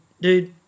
dude